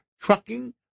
trucking